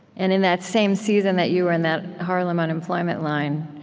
and in that same season that you were in that harlem unemployment line,